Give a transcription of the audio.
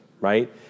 right